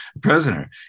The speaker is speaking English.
prisoner